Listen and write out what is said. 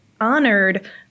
honored